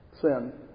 Sin